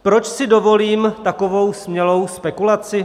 Proč si dovolím takovou smělou spekulaci?